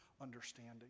understanding